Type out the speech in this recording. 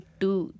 two